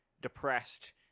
depressed